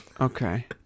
Okay